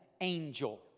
angel